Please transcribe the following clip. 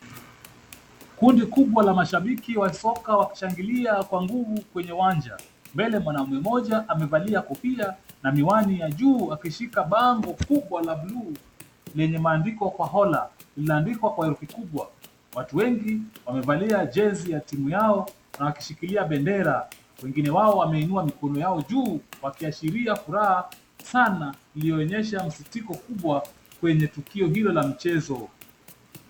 Kundi kubwa la mashabiki wa soka wakishangilia kwa nguvu kwenye uwanja, mbele mwanaume mmoja amevalia kofia na miwani ya juu akishika bango kubwa la buluu lenye maandiko Khwakhola, lililoandikwa kwa herufi kubwa. Watu wengi wamevalia jezi ya timu yao na wakishikilia bendera, wengine wao wameinua mikono yao juu wakiashiria furaha sana lililoonyesha msitiko kubwa kwenye tukio hilo la mchezo.